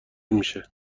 میشه